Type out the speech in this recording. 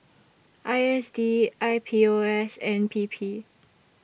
I S D I P O S and P P